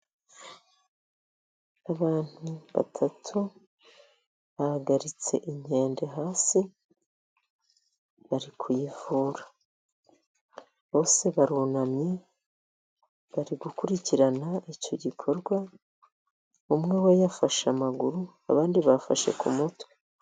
Abantu batatu bagaritse inkende hasi bari kuyivura. Bose barunamye bari gukurikirana icyo gikorwa, umwe we yafashe amaguru, abandi bafashe ku mutwe.